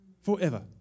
forever